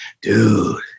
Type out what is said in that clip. dude